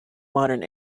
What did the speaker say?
modern